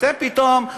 אתם פתאום,